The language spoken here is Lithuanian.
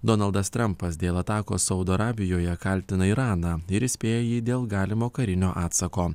donaldas trampas dėl atakos saudo arabijoje kaltina iraną ir įspėjo jį dėl galimo karinio atsako